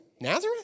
Nazareth